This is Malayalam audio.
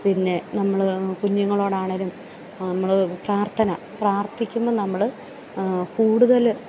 പിന്നെ നമ്മൾ കുഞ്ഞുങ്ങളോടാണേലും നമ്മൾ പ്രാർത്ഥന പ്രാർത്ഥിക്കുമ്പം നമ്മൾ കൂടുതൽ